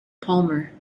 palmer